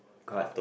correct